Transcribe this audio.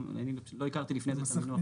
פשוט לא הכרתי לפני זה את המינוח.